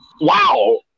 Wow